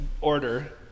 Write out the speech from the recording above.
order